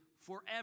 forever